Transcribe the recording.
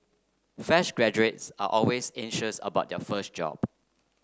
fresh graduates are always anxious about their first job